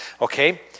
Okay